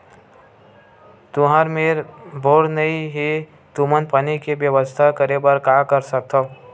तुहर मेर बोर नइ हे तुमन पानी के बेवस्था करेबर का कर सकथव?